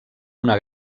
una